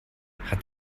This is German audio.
hat